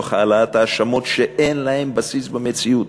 תוך העלאת האשמות שאין להן בסיס במציאות,